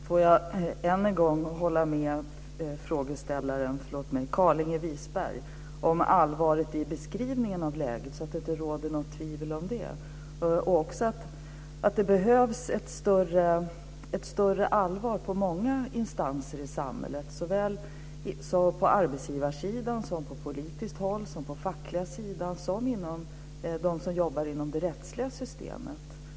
Fru talman! Låt mig än en gång hålla med Carlinge Wisberg om allvaret i beskrivningen av läget, så att det inte råder något tvivel om det. Det behövs ett större allvar hos många instanser i samhället. Det gäller på arbetsgivarsidan, på politiskt håll, på den fackliga sidan och inom det rättsliga systemet.